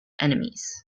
enemies